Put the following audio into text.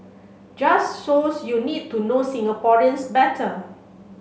just shows you need to know Singaporeans better